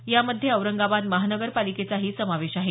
यामध्ये औरंगाबाद महानगरपालिकेचाही समावेश आहे